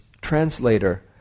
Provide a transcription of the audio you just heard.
translator